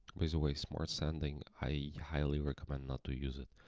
with way smart sending i highly recommend not to use it.